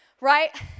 right